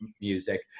music